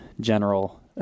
general